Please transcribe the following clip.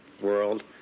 world